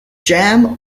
jam